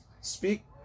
speak